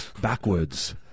backwards